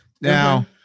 Now